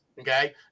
Okay